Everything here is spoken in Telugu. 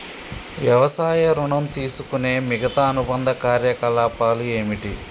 వ్యవసాయ ఋణం తీసుకునే మిగితా అనుబంధ కార్యకలాపాలు ఏమిటి?